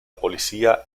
policía